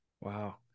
Wow